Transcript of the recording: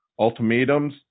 ultimatums